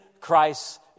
Christ